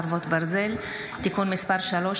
חרבות ברזל) (תיקון מס' 3),